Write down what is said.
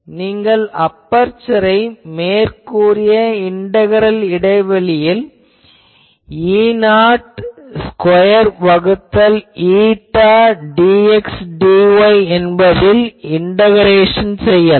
நீங்கள் அபெர்சரை மேற்கூறிய இண்டகரல் இடைவெளியில் E0 ஸ்கொயர் வகுத்தல் η dxdy என்பதில் இண்டகரேஷன் செய்யலாம்